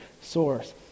source